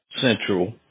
central